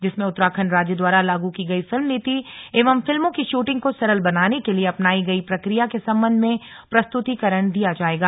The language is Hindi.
जिसमें उत्तराखण्ड राज्य द्वारा लागू की गई फिल्म नीति एवं फिल्मों की शूटिंग को सरल बनाने के लिए अपनायी गई प्रक्रिया के संबंध में प्रस्तुतिकरण दिया जायेगा